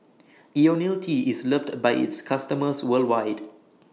Ionil T IS loved By its customers worldwide